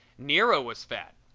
nero was fat,